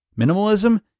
minimalism